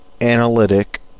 analytic